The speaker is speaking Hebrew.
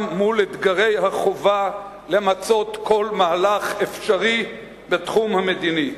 מול אתגרי החובה למצות כל מהלך אפשרי בתחום המדיני,